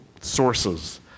sources